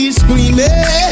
screaming